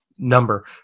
number